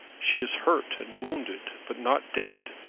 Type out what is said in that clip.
she is hurt and wounded, but not dead.